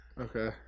Okay